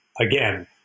again